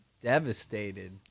Devastated